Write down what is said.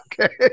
Okay